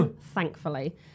thankfully